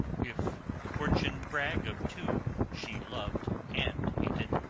if fortune brag of two she lov'd and hated,